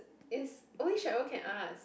it's only Cheryl can ask